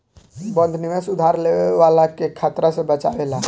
बंध निवेश उधार लेवे वाला के खतरा से बचावेला